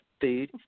food